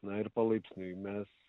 na ir palaipsniui mes